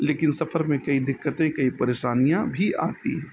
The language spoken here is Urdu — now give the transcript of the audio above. لیکن سفر میں کئی دقتیں کئی پریشانیاں بھی آتی ہیں